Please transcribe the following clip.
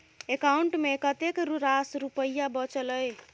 account मे कतेक रास रुपया बचल एई